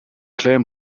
claimed